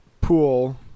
pool